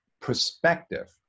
perspective